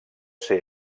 ser